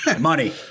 Money